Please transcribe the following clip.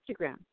Instagram